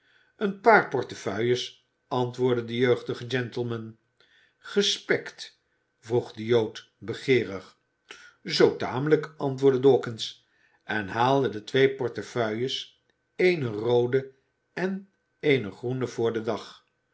een paar portefeuilles antwoordde de jeugdige gentleman gespekt vroeg de jood begeerig zoo tamelijk antwoordde dawkins en haalde twee portefeuilles eene roodë en eene groene voor den dag